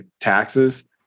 taxes